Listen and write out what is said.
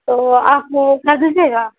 تو آپ کر دیجیے گا